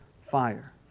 fire